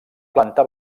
planta